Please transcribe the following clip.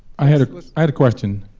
i had i had a question.